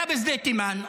היה בשדה תימן,